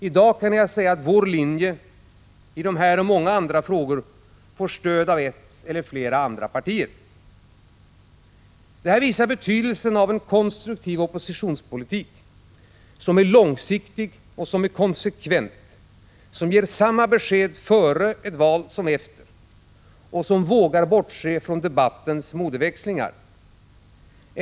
I dag kan jag säga att vår linje i de här frågorna och många andra får stöd av ett eller flera andra partier. Det visar betydelsen av en konstruktiv oppositionspolitik som är långsiktig och konsekvent, som ger samma besked före ett val som efter och som vågar bortse från debattens modeväxlingar.